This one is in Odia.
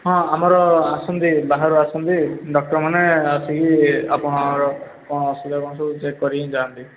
ହଁ ଆମର ଆସନ୍ତି ବାହାରୁ ଆସନ୍ତି ଡକ୍ଟରମାନେ ଆସିକି ଆପଣଙ୍କର କ'ଣ ଅସୁବିଧା କ'ଣ ସବୁ ଚେକ୍ କରି ଯାଆନ୍ତି